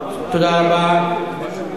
מה קרה לסדר של הנאומים?